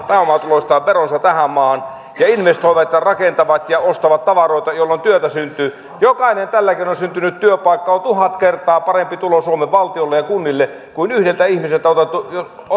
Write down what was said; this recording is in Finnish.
pääomatuloistaan veronsa tähän maahan he investoivat ja rakentavat ja ostavat tavaroita jolloin työtä syntyy jokainen tällä keinoin syntynyt työpaikka on tuhat kertaa parempi tulo suomen valtiolle ja kunnille kuin yhdeltä ihmiseltä otettu